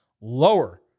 lower